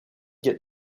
get